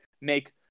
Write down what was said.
make